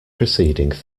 preceding